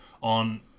on